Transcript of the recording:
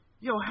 yo